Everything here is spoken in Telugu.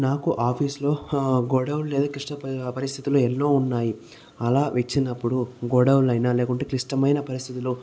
నాకు ఆఫీసులో గొడవ లేదా క్లిష్ట ప పరిస్థితిలో ఎన్నో ఉన్నాయి అలా వచ్చినప్పుడు గొడవలు అయినా లేకుంటే క్లిష్టమైన పరిస్థితిలో